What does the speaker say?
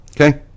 okay